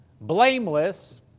blameless